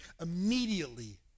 immediately